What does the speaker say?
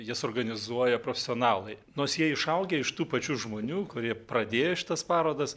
jas organizuoja profesionalai nors jie išaugę iš tų pačių žmonių kurie pradėjo šitas parodas